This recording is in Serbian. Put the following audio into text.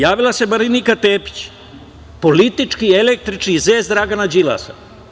Javila se Marinika Tepić, politički, električni zec Dragana Đilasa.